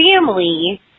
family